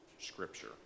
scripture